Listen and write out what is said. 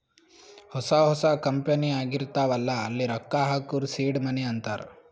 ಹೊಸಾ ಹೊಸಾ ಕಂಪನಿ ಆಗಿರ್ತಾವ್ ಅಲ್ಲಾ ಅಲ್ಲಿ ರೊಕ್ಕಾ ಹಾಕೂರ್ ಸೀಡ್ ಮನಿ ಅಂತಾರ